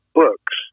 books